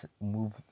move